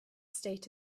state